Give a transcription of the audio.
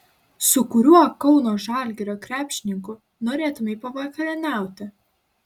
su kuriuo kauno žalgirio krepšininku norėtumei pavakarieniauti